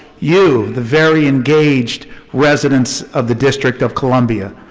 you, the very engaged residents of the district of columbia.